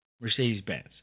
Mercedes-Benz